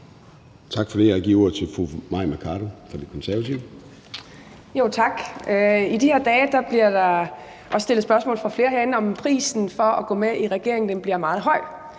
Tak for det. Jeg giver ordet til fru Mai Mercado fra De Konservative. Kl. 14:00 Mai Mercado (KF): Tak. I de her dage bliver der stillet spørgsmål fra flere herinde, om prisen for at gå med i regering bliver meget høj,